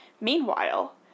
Meanwhile